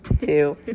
two